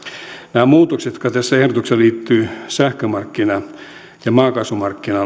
nämä muutokset jotka tässä ehdotuksessa liittyvät sähkömarkkina ja maakaasumarkkinalakeihin ja